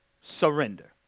surrender